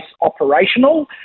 operational